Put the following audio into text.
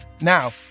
now